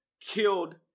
killed